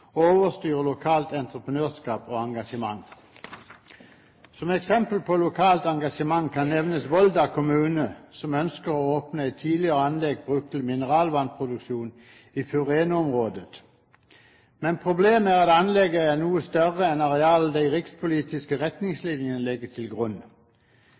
overstyrer lokalt entreprenørskap og engasjement. Som eksempel på lokalt engasjement kan nevnes Volda kommune, som ønsker å åpne et anlegg, tidligere brukt til mineralvannproduksjon, i Furene-området. Men problemet er at anlegget er noe større enn det arealet de rikspolitiske retningslinjene legger til grunn.